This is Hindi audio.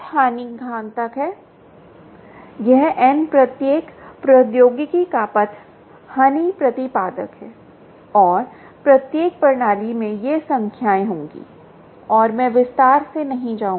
एन क्या पथ हानि घातांक है यह N प्रत्येक प्रौद्योगिकी का पथ हानि प्रतिपादक है और प्रत्येक प्रणाली में ये संख्याएँ होंगी और मैं विस्तार में नहीं जाऊँगा